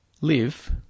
live